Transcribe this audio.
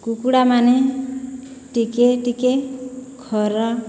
କୁକୁଡ଼ାମାନେ ଟିକେ ଟିକେ ଖରା